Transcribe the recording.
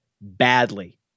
badly